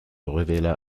révéla